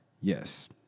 Yes